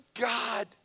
God